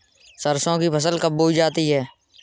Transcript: सरसों की फसल कब बोई जाती है?